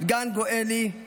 רן גואילי,